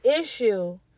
issue